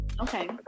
Okay